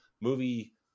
movie